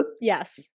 yes